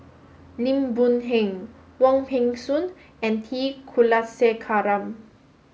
Lim Boon Heng Wong Peng Soon and T Kulasekaram